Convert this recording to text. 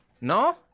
¿No